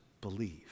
believe